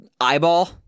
eyeball